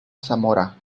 zamora